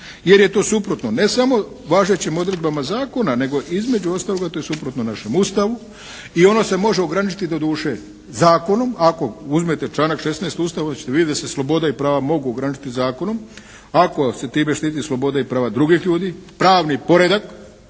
Jer je to suprotno ne samo važećim odredbama zakona nego između ostaloga to je suprotno našem Ustavu i ono se može ograničiti doduše zakonom. Ako uzmete članak 16. Ustava onda ćete vidjeti da se sloboda i prava mogu ograničiti zakonom ako se time štiti sloboda i prava drugih ljudi, pravni poredak,